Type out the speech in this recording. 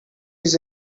his